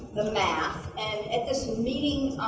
the math and at this meeting